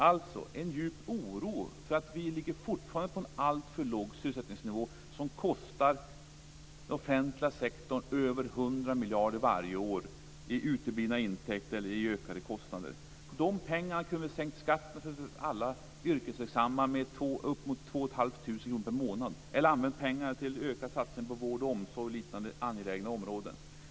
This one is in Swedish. Jag hyser därför en djup oro över att vi fortfarande ligger på en alltför låg sysselsättningsnivå, som kostar den offentliga sektorn över 100 miljarder varje år i uteblivna intäkter och ökade kostnader. Med de pengarna kunde vi ha sänkt skatten för alla yrkesverksamma med uppemot 2 500 kr per månad. Vi kunde också ha använt dem till ökad satsning på vård, omsorg och liknande angelägna områden.